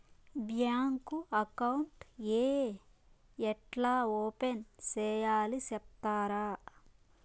Bank account ఏ ఎట్లా open సేయాలి సెప్తారా?